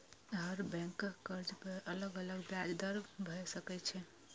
हर बैंकक कर्ज पर अलग अलग ब्याज दर भए सकै छै